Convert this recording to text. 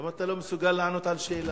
למה אתה לא מסוגל לענות על שאלה?